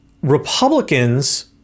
Republicans